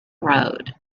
road